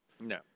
No